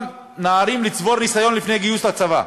נערים לצבור ניסיון לפני הגיוס לצבא,